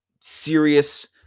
serious